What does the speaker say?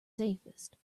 safest